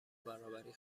برابری